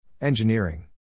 Engineering